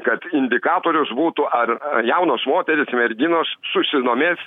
kad indikatorius būtų ar jaunos moterys merginos susidomės